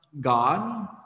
gone